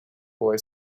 boy